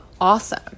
awesome